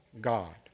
God